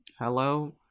hello